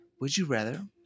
would-you-rather